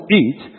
eat